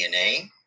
DNA